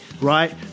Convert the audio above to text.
Right